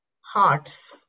hearts